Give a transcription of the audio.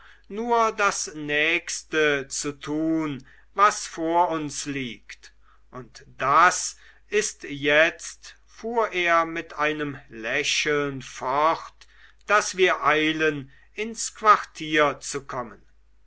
nur das nächste zu tun was vor uns liegt und das ist jetzt fuhr er mit einem lächeln fort daß wir eilen ins quartier zu kommen